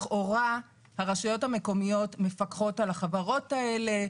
לכאורה הרשויות המקומיות מפקחות על החברות האלה,